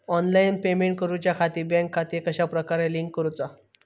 Online payment करुच्याखाती bank खाते कश्या प्रकारे लिंक करुचा?